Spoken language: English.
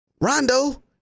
Rondo